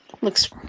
looks